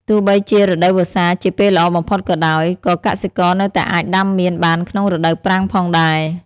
ទោះបីជារដូវវស្សាជាពេលល្អបំផុតក៏ដោយ ក៏កសិករនៅតែអាចដាំមៀនបានក្នុងរដូវប្រាំងផងដែរ។